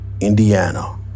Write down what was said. Indiana